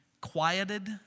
quieted